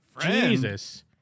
Jesus